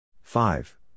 five